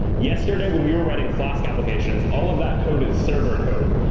yesterday, when we were writing flask applications, all of that code is server code.